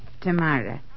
tomorrow